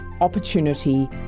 opportunity